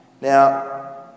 Now